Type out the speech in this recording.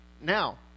Now